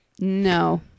No